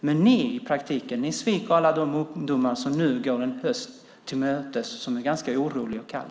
Men ni sviker i praktiken alla de ungdomar som nu går en höst till mötes som är ganska orolig och kall.